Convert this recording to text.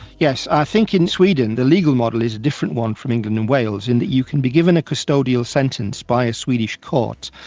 yes, i think in sweden the legal model is a different one from england and wales, in that you can be given a custodial sentence by a swedish court,